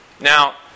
Now